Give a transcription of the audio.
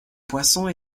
poissons